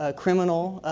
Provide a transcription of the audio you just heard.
ah criminal